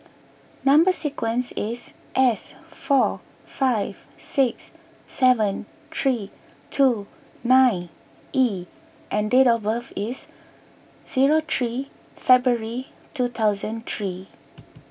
Number Sequence is S four five six seven three two nine E and date of birth is zero three February two thousand three